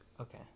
Okay